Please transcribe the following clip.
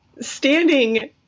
standing